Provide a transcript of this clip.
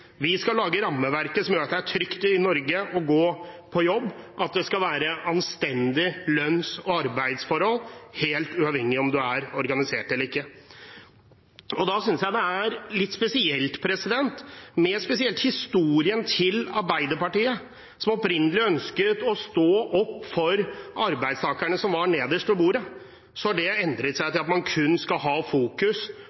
Vi skal lage rammeverket som gjør at det er trygt å gå på jobb i Norge, at det skal være anstendige lønns- og arbeidsforhold, helt uavhengig av om man er organisert eller ikke. Da synes jeg det er litt spesielt – særlig ut fra historien til Arbeiderpartiet, som opprinnelig ønsket å stå opp for arbeidstakerne som var nederst ved bordet – at det har endret seg